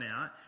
out